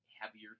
heavier